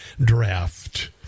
draft